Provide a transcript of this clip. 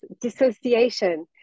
dissociation